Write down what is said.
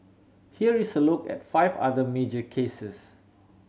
here is a look at five other major cases